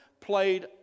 played